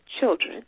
children